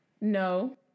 No